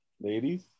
Ladies